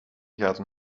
gaten